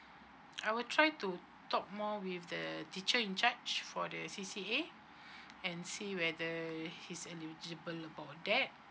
I will try to talk more with the teacher in charge for the C_C_A and see whether he's eligible about that